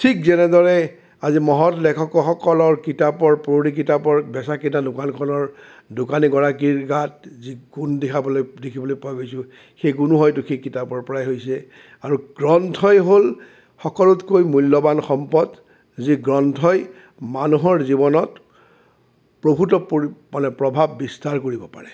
ঠিক যেনেদৰে আজি মহৎ লেখকসকলৰ কিতাপৰ পুৰণি কিতাপৰ বেচা কিনা দোকানখনৰ দোকানীগৰাকীৰ গাত যি গুণ দেখাবলৈ দেখিবলৈ পোৱা গৈছে সেই গুণো হয়তো সেই কিতাপখনৰ পৰাই হৈছে আৰু গ্ৰন্থই হ'ল সকলোতকৈ মূল্যৱান সম্পদ যি গ্ৰন্থই মানুহৰ জীৱনত অভূতপূৰ্ব মানে প্ৰভাৱ বিস্তাৰ কৰিব পাৰে